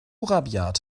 rabiat